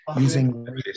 using